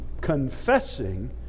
confessing